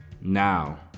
Now